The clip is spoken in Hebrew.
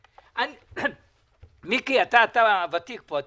מיקי, אתה ותיק פה.